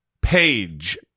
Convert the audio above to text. Page